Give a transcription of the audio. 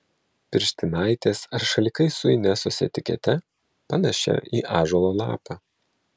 pirštinaitės ar šalikai su inesos etikete panašia į ąžuolo lapą